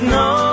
no